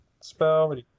spell